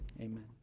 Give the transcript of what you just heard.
amen